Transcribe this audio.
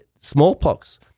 smallpox